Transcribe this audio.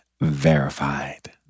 Verified